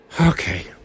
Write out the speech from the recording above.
Okay